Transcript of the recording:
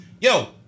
Yo